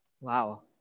Wow